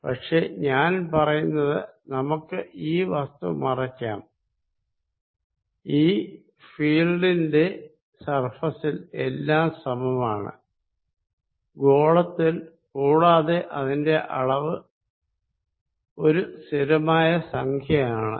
പക്ഷെ ഞാൻ പറയുന്നത് നമുക്ക് ഈ വസ്തു മറയ്ക്കാം ഈ ഫീൽഡിന്റെ സർഫേസിൽ എല്ലാം സമമാണ് ഗോളത്തിൽ കൂടാതെ ഇതിന്റെ അളവ് ഒരു സ്ഥിരമായ സംഖ്യ ആണ്